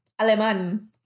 Aleman